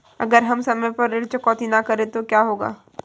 अगर हम समय पर ऋण चुकौती न करें तो क्या होगा?